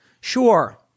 Sure